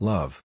Love